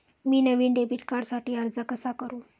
मी नवीन डेबिट कार्डसाठी अर्ज कसा करू?